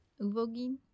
Uvogin